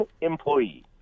employee